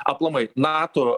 aplamai nato